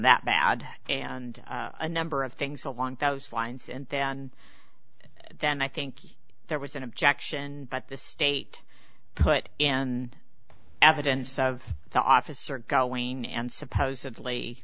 that bad and a number of things along those lines and then i think there was an objection but the state put in evidence of the officer going and supposedly